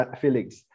Felix